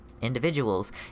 individuals